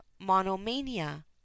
monomania